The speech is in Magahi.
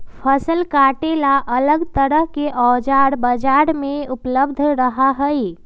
फसल काटे ला अलग तरह के औजार बाजार में उपलब्ध रहा हई